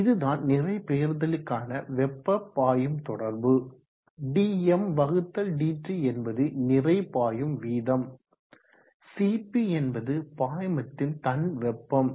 இதுதான் நிறை பெயர்தலுக்கான வெப்ப பாயும் தொடர்பு dmdt என்பது நிறை பாயும் வீதம் Cp என்பது பாய்மத்தின் தன் வெப்பம் specific heat